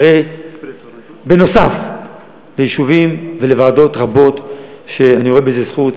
בנוסף ליישובים ולוועדות רבות שאני רואה בזה זכות,